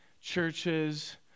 churches